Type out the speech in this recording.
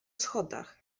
schodach